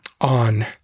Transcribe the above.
on